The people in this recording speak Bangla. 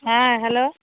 হ্যাঁ হ্যালো